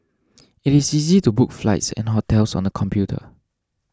it is easy to book flights and hotels on the computer